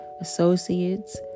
associates